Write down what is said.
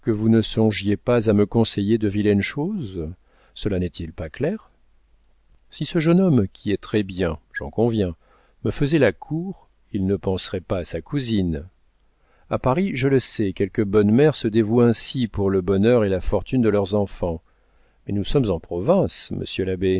vous ne songiez pas à me conseiller de vilaines choses cela n'est-il pas clair si ce jeune homme qui est très-bien j'en conviens me faisait la cour il ne penserait pas à sa cousine a paris je le sais quelques bonnes mères se dévouent ainsi pour le bonheur et la fortune de leurs enfants mais nous sommes en province monsieur